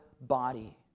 body